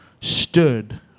stood